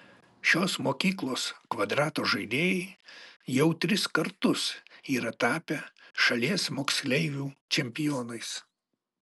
šios mokyklos kvadrato žaidėjai jau tris kartus yra tapę šalies moksleivių čempionais